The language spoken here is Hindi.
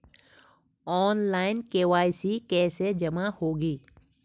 ऑनलाइन के.वाई.सी कैसे जमा होगी?